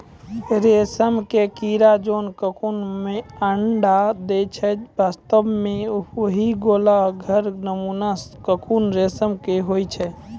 रेशम के कीड़ा जोन ककून मॅ अंडा दै छै वास्तव म वही गोल घर नुमा ककून रेशम के होय छै